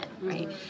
right